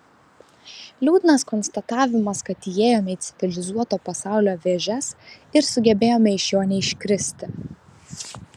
liūdnas konstatavimas kad įėjome į civilizuoto pasaulio vėžes ir sugebėjome iš jo neiškristi